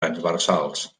transversals